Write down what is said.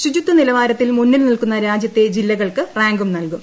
ശുചിത്വ നിലവാരത്തിൽ മുന്നിൽ നിൽക്കുന്ന രാജ്യത്തെ ജില്ലകൾക്ക് റാങ്കും നൽകും